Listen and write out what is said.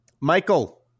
Michael